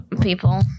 people